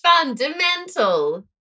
Fundamental